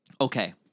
Okay